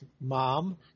Mom